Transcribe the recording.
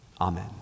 Amen